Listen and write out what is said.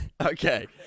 Okay